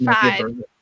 Five